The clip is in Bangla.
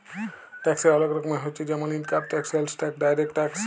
ট্যাক্সের ওলেক রকমের হচ্যে জেমল income tax, sales tax, direct tax